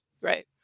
Right